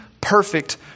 Perfect